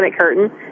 curtain